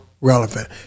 relevant